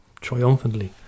triumphantly